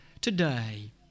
Today